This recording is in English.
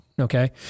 Okay